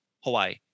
Hawaii